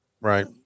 Right